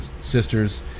sisters